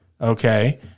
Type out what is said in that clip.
Okay